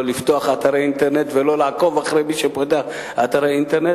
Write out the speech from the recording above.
לא לפתוח אתרי אינטרנט ולא לעקוב אחרי מי שפותח אתרי אינטרנט.